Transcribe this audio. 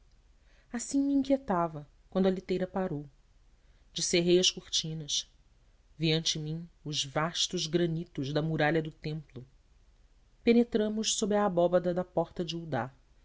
me inquietava quando a liteira parou descerrei as cortinas vi ante mim os vastos granitos da muralha do templo penetramos sob a abóbada da porta de